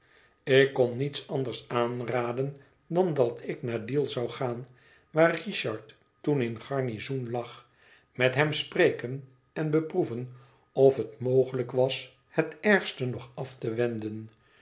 ik kon niets anders aanraden dan dat ik naar deal zou gaan waar richard toen in garnizoen lag met hem spreken en beproeven of het mogelijk was het ergste nog af te wenden